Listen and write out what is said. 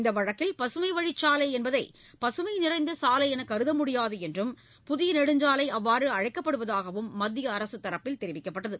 இந்த வழக்கில் பசுமைவழிச்சாலை என்பதை பசுமை நிறைந்த சாலை என்று கருத முடியாது என்றும் புதிய நெடுஞ்சாலை அவ்வாறு அழைக்கப்படுவதாகவும் மத்திய அரசு தரப்பில் தெரிவிக்கப்பட்டது